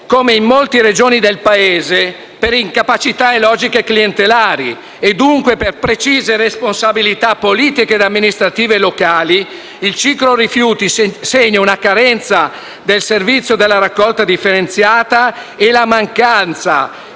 come in molte Regioni del Paese, per incapacità e logiche clientelari, e dunque per precise responsabilità politiche e amministrative locali, il ciclo rifiuti segna una carenza del servizio della raccolta differenziata e la mancanza,